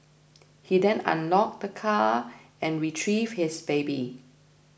he then unlocked the car and retrieved his baby